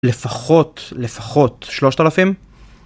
לפחות, לפחות, שלושת אלפים?